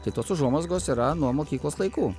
tai tos užuomazgos yra nuo mokyklos laikų